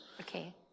Okay